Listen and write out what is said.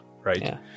Right